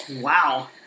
Wow